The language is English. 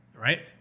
Right